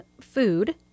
food